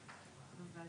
לכן